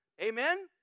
Amen